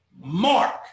mark